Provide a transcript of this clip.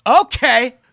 Okay